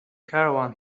caravan